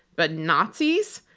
but nazis?